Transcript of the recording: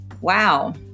Wow